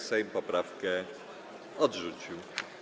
Sejm poprawkę odrzucił.